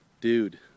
dude